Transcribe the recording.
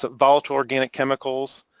volatile organic chemicals.